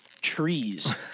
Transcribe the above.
trees